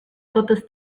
totes